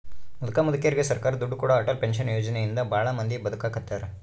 ಮುದುಕ ಮುದುಕೆರಿಗೆ ಸರ್ಕಾರ ದುಡ್ಡು ಕೊಡೋ ಅಟಲ್ ಪೆನ್ಶನ್ ಯೋಜನೆ ಇಂದ ಭಾಳ ಮಂದಿ ಬದುಕಾಕತ್ತಾರ